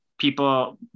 people